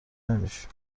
نمیشیم